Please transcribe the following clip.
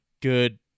good